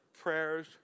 prayers